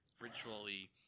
ritually